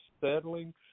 settling